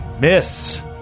Miss